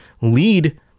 lead